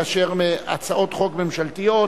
כאשר יש הצעות חוק ממשלתיות,